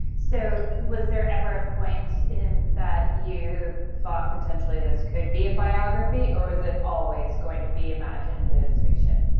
so, was there ever a point that you thought potentially this could be a biography, or was it always going to be imagined as fiction?